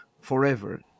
forever